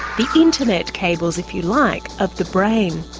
the internet cables, if you like, of the brain.